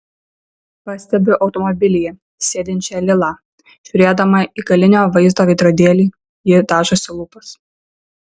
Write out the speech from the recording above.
pastebiu automobilyje sėdinčią lilą žiūrėdama į galinio vaizdo veidrodėlį ji dažosi lūpas